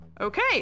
Okay